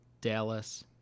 Dallas